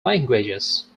languages